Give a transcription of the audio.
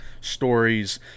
stories